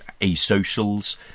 asocials